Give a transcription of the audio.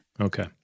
Okay